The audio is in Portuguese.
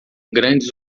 grandes